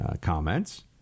comments